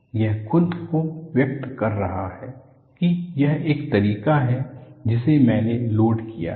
यह खुद को व्यक्त कर रहा है कि यह वह तरीका है जिसे मैंने लोड किया है